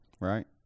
Right